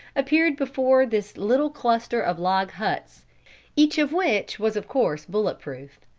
appeared before this little cluster of log-huts, each of which was of course bullet-proof.